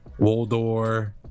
Woldor